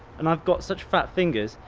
and i've got such fat fingers,